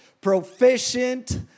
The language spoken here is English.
proficient